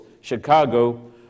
Chicago